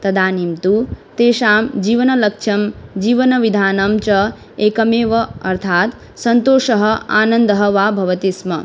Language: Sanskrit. तदानीं तु तेषां जीवनलक्ष्यं जीवनविधानं च एकमेव अर्थात् सन्तोषः आनन्दः वा भवति स्म